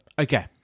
Okay